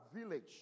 village